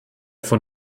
von